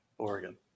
Oregon